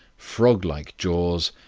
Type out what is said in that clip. froglike jaws,